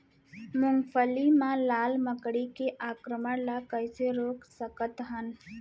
मूंगफली मा लाल मकड़ी के आक्रमण ला कइसे रोक सकत हन?